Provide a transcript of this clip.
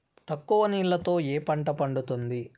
తక్కువ నీళ్లతో ఏ పంట పండుతుంది?